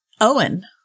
Owen